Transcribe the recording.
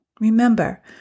Remember